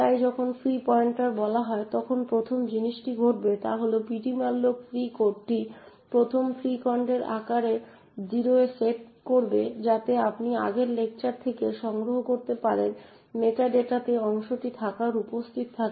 তাই যখন free pointer বলা হয় তখন প্রথম জিনিসটি ঘটবে তা হল ptmalloc ফ্রি কোডটি প্রথমে ফ্রি খণ্ডের আকার 0 এ সেট করবে যাতে আপনি আগের লেকচার থেকে সংগ্রহ করতে পারেন মেটাডেটাতে অংশটির আকার উপস্থিত থাকে